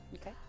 Okay